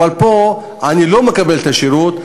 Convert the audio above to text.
אבל פה אני לא מקבל שירות,